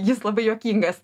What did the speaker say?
jis labai juokingas